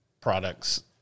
products